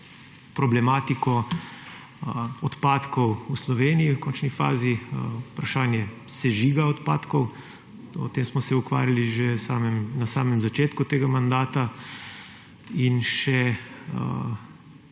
problematiko odpadkov v Sloveniji, v končni fazi vprašanje sežiga odpadkov. S tem smo se ukvarjali že na začetku tega mandata in –